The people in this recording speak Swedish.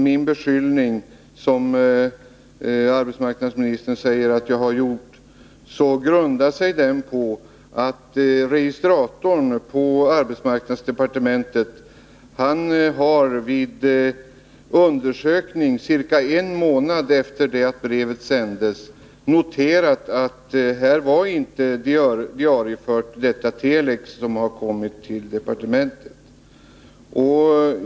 Den beskyllning som arbetsmarknadsministern säger att jag har riktat mot honom grundar sig på att arbetsmarknadsdepartementets registrator vid undersökning ca en månad efter att brevet sändes noterat att telexmeddelandet inte hade diarieförts.